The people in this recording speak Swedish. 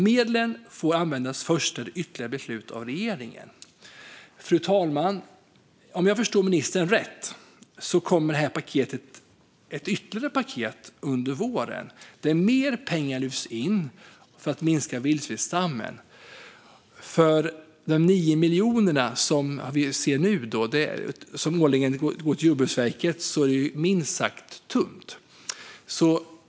Medlen får användas först efter ytterligare beslut av regeringen. Fru talman! Om jag förstår ministern rätt kommer efter detta paket ytterligare ett paket under våren där mer pengar lyfts in för att minska vildsvinsstammen. Det belopp om 9 miljoner årligen som går till Jordbruksverket är ju minst sagt tunt.